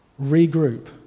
regroup